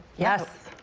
yes,